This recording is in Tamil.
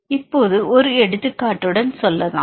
இப்போது ஒரு எடுத்துக்காட்டுடன் சொல்லலாம்